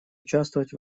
участвовать